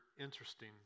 interesting